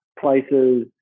places